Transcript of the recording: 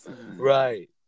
Right